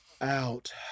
out